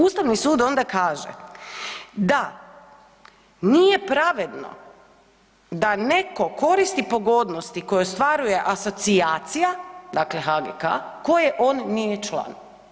Ustavni sud onda kaže da nije pravedno da neko koristi pogodnosti koje ostvaruje asocijacija dakle HGK koje on nije član.